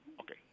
Okay